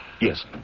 Yes